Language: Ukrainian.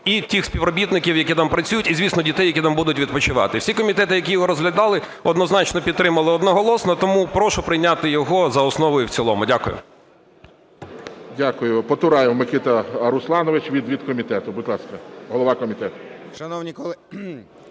і тих співробітників, які там працюють, і звісно, дітей, які там будуть відпочивати. Всі комітети, які його розглядали, однозначно підтримали одноголосно, тому прошу прийняти його за основу і в цілому. ГОЛОВУЮЧИЙ. Дякую. Потураєв Микита Русланович від комітету. Будь ласка, голова комітету.